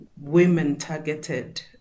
women-targeted